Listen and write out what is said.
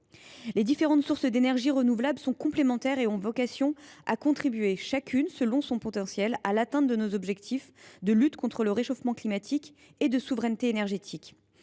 Les différentes sources d’énergies renouvelables sont complémentaires et ont vocation à contribuer, chacune selon son potentiel, à l’atteinte de nos objectifs de lutte contre le réchauffement climatique et de souveraineté énergétique.